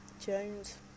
Jones